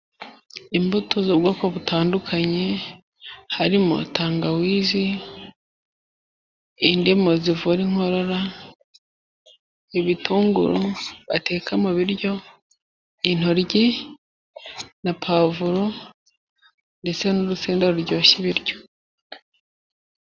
Imbuto z'ubwoko butandukanye harimo: tangawizi, indimu zivura inkorora, ibitunguru bateka mu biryo, intoryi na pavuro ndetse n'urusenda ruryoshya ibiryo.